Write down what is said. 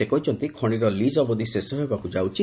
ସେ କହିଛନ୍ତି ଖଣିର ଲିଜ୍ ଅବଧି ଶେଷ ହେବାକୁ ଯାଉଛି